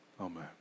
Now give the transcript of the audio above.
amen